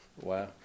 Wow